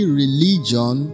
religion